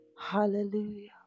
Hallelujah